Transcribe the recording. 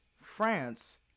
France